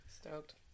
stoked